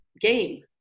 game